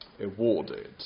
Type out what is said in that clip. awarded